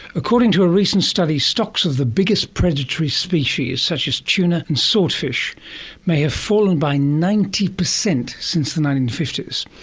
according to a recent study, stocks of the biggest predatory species such as tuna and swordfish may have fallen by ninety percent since the nineteen fifty s.